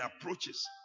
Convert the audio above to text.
approaches